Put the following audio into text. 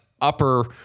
upper